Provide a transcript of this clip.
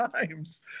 times